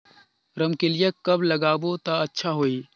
रमकेलिया कब लगाबो ता अच्छा होही?